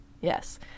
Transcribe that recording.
Yes